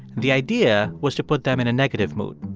the idea was to put them in a negative mood.